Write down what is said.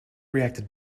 reacted